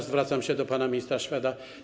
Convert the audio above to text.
Zwracam się do pana ministra Szweda.